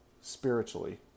spiritually